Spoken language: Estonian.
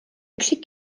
üksik